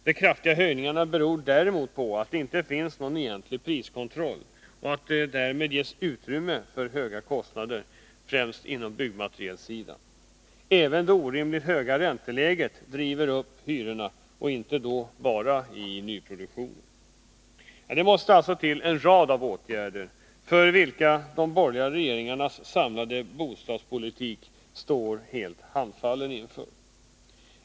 De kraftiga höjningarna beror däremot på att det inte finns någon egentlig priskontroll och att det därmed ges utrymme för höga kostnader, främst inom byggmaterialsidan. Även det orimligt höga ränteläget driver upp hyrorna och då inte bara i nyproduktionen. Det måste alltså till en rad av åtgärder, vilka de borgerliga regeringarnas samlade bostadspolitik står helt handfallen inför.